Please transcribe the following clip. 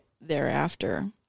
thereafter